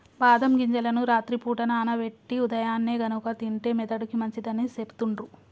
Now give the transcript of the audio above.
బాదం గింజలను రాత్రి పూట నానబెట్టి ఉదయాన్నే గనుక తింటే మెదడుకి మంచిదని సెపుతుండ్రు